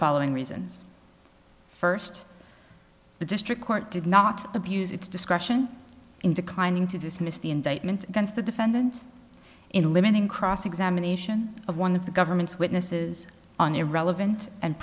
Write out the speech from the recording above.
following reasons first the district court did not abuse its discretion in declining to dismiss the indictment against the defendant in limiting cross examination of one of the government's witnesses on irrelevant and